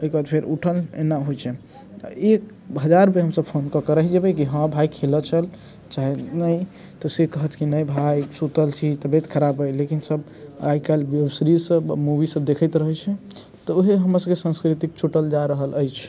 एहिके बाद फेर उठल एना होइत छै तऽ एक हजार बेर हमसभ फोन कऽ कऽ हमसभ रहि जेबै कि हाँ भाइ खेलै चल चाहे नहि तऽ से कहत कि नहि भाइ सुतल छी तबियत खराब भऽ गेल लेकिन सभ आइ काल्हि वेब सीरिज सभ मूवी सभ देखैत रहैत छै तऽ ओहे हमरा सभके सन्स्कृतिक छुटल जा रहल अछि